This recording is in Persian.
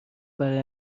برای